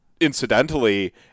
incidentally